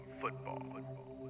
Football